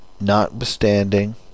notwithstanding